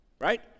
Right